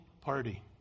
party